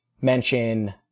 mention